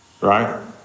Right